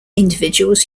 individuals